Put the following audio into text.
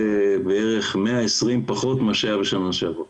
זה בערך 120 פחות ממה שהיה בשנה שעברה.